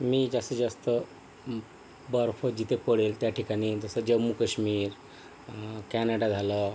मी जास्तीत जास्त बर्फ जिथे पडेल त्या ठिकाणी जसं जम्मू काश्मीर कॅनडा झालं